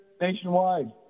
nationwide